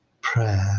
prayer